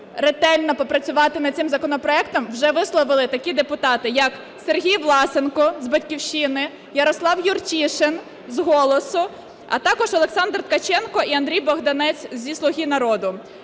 ретельно попрацювати над цим законопроектом вже висловили такі депутати, як Сергій Власенко з "Батьківщини", Ярослав Юрчишин з "Голосу", а також Олександр Ткаченко і Андрій Богданець зі "Слуги народу".